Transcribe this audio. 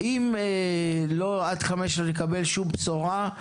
אם עד 17:00 לא נקבל שום בשורה,